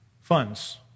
funds